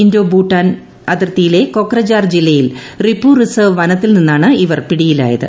Indo Bhutan അതിർത്തിയിലെ കൊക്രജാർ ജില്ലയിൽ Ripu reserve വനത്തിൽ നിന്നാണ് ഇവർ പിടിയിലായത്